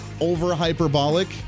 over-hyperbolic